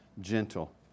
gentle